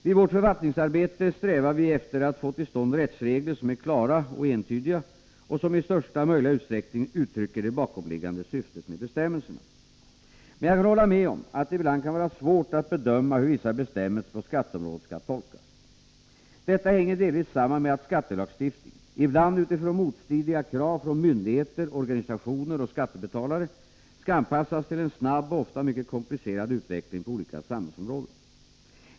Vid vårt författningsarbete strävar vi efter att få till stånd rättsregler som är klara och entydiga och som i största möjliga utsträckning uttrycker det bakomliggande syftet med bestämmelserna. Men jag kan hålla med om att det ibland kan vara svårt att bedöma hur vissa bestämmelser på skatteområdet skall tolkas. Detta hänger delvis samman med att skattelagstiftningen — ibland utifrån motstridiga krav från myndigheter, organisationer och skattebetalare — skall anpassas till en snabb och ofta mycket komplicerad utveckling på olika samhällsområden.